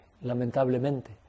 lamentablemente